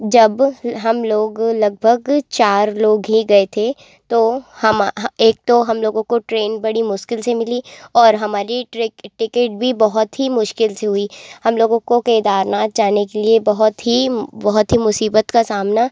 जब हम लोग लगभग चार लोग ही गए थे तो एक तो हम लोगों को ट्रेन बड़ी मुश्किल से मिली और हमारी ट्रेक टिकेट भी बहुत ही मुश्किल से हुई हम लोगों को केदारनाथ जाने के लिए बहुत ही बहुत ही मुसीबत का सामना